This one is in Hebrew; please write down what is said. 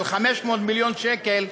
של 500 מיליון שקל,